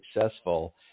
successful